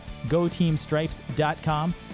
goteamstripes.com